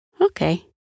Okay